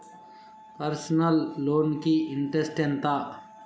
Personal loan కి interest ఎంత?